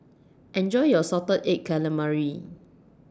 Enjoy your Salted Egg Calamari